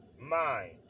mind